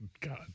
God